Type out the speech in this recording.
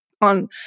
on